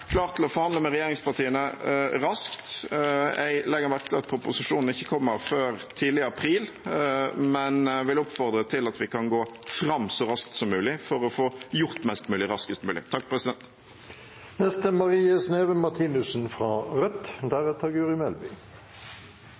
klar til å forhandle med regjeringspartiene raskt. Jeg legger merke til at proposisjonen ikke kommer før tidlig i april, men vil oppfordre til at vi kan gå fram så raskt som mulig for å få gjort mest mulig raskest mulig. Takk til statsministeren for en god redegjørelse. Rødt